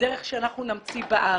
בדרך שאנחנו נמציא בארץ,